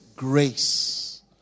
grace